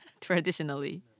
Traditionally